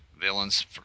villains